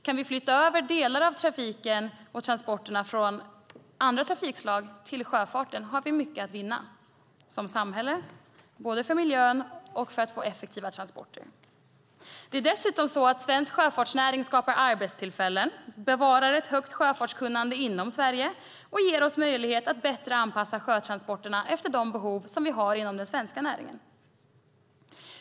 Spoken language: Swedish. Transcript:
Kan vi flytta över delar av transporterna från andra trafikslag till sjöfarten har vi mycket att vinna som samhälle, både för miljön och för att få effektiva transporter. Det är dessutom så att svensk sjöfartsnäring skapar arbetstillfällen, bevarar ett högt sjöfartskunnande inom Sverige och ger oss möjlighet att bättre anpassa sjötransporterna efter de behov som vi har inom den svenska näringen.